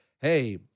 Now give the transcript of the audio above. hey